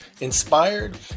inspired